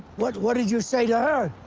what what did you say to her?